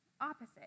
Opposite